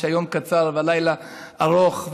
כשהיום קצר והלילה ארוך,